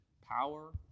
power